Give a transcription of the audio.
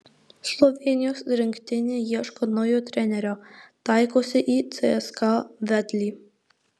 slovėnijos rinktinė ieško naujo trenerio taikosi į cska vedlį